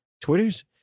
twitter's